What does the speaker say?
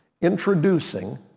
introducing